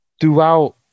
throughout